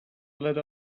let